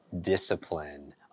discipline